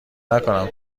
نکنم